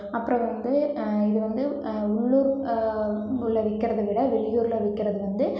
அப்புறம் வந்து இது வந்து உள்ளூர் ல விற்கிறத விட வெளியூரில் விற்கிறது வந்து